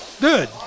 good